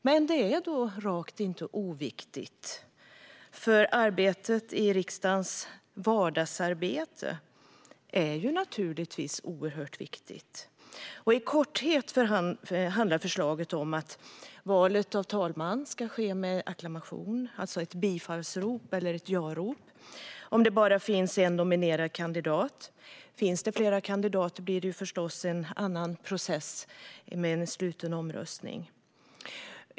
Men det är då rakt inte oviktigt, för vardagsarbetet i riksdagen är viktigt. I korthet handlar förslaget om att valet av talman ska ske med acklamation, alltså bifallsrop, om det bara finns en nominerad kandidat. Finns det fler kandidater blir det förstås en annan process med sluten omröstning.